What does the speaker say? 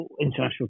international